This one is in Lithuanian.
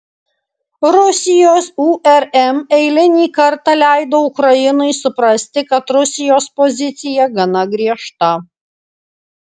rusijos urm eilinį kartą leido ukrainai suprasti kad rusijos pozicija gana griežta